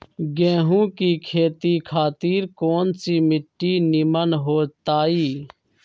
गेंहू की खेती खातिर कौन मिट्टी निमन हो ताई?